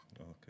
okay